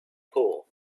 poor